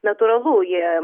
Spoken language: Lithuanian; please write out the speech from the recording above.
natūralu jie